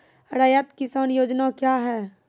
रैयत किसान योजना क्या हैं?